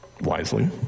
wisely